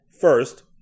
First